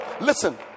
listen